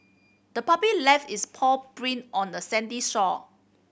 the puppy left its paw print on the sandy shore